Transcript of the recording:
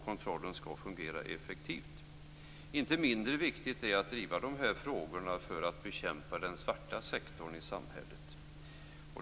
Kontrollen skall fungera effektivt. Inte mindre viktigt är att driva de här frågorna för att bekämpa den svarta sektorn i samhället.